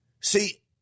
See